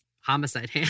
Homicide